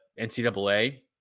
NCAA